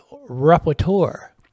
repertoire